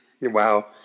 Wow